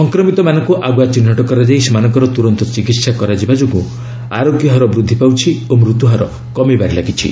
ସଂକ୍ରମିତମାନଙ୍କୁ ଆଗୁଆ ଚିହ୍ନଟ କରାଯାଇ ସେମାନଙ୍କର ତୁରନ୍ତ ଚିକିହା କରାଯିବା ଯୋଗୁଁ ଆରୋଗ୍ୟ ହାର ବୃଦ୍ଧି ପାଉଛି ଓ ମୃତ୍ୟୁହାର କମିବାରେ ଲାଗିଛି